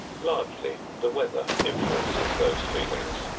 largely the weather influences those feelings.